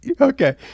Okay